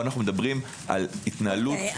פה אנו מדברים על התנהלות לא תקינה.